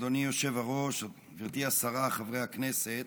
אדוני היושב-ראש, גברתי השרה, חברי הכנסת,